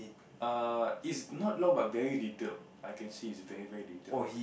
err its not long but very detailed I can see it's very very detailed